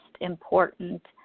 important